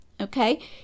Okay